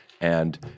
and-